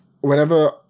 whenever